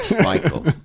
Michael